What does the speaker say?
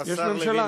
יש ממשלה?